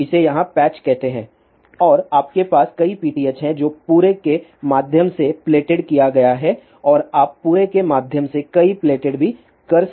आप इसे यहाँ पैच कहते हैं और आपके पास कई PTH हैं जो पूरे के माध्यम से प्लेटेड किया गया है और आप पूरे के माध्यम से कई प्लेटेड भी कर सकते हैं